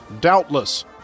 doubtless